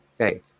Okay